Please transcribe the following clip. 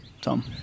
Tom